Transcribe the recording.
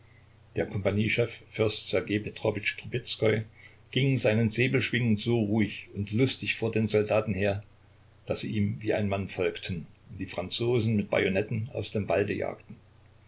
der kompaniechef fürst ssergej petrowitsch trubezkoi ging seinen säbel schwingend so ruhig und lustig vor den soldaten her daß sie ihm wie ein mann folgten und die franzosen mit bajonetten aus dem walde jagten